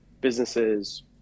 businesses